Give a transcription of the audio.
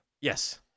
Yes